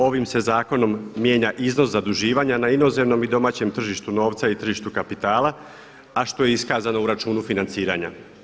Ovim se zakonom mijenja iznos zaduživanja na inozemnom i domaćem tržištu novca i tržištu kapitala, a što je iskazano u računu financiranja.